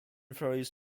ferries